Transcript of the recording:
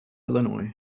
illinois